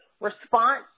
response